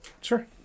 Sure